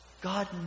God